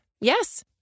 Yes